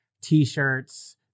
T-shirts